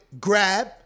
grab